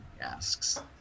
asks